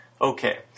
Okay